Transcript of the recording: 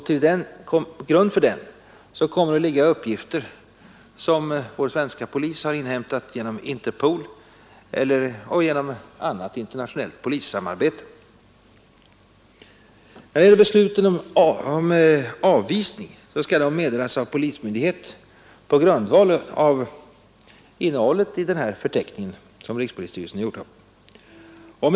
Till grund för förteckningen kommer att ligga bl.a. uppgifter som inhämtas genom Interpol och genom annat internationellt polissamarbete. Beslut om avvisning skall meddelas av polismyndighet på grundval av rikspolisstyrelsens förteckning.